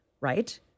Right